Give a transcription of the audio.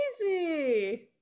crazy